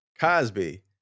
Cosby